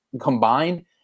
combined